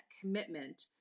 commitment